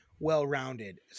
Well-rounded